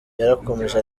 yarakomeje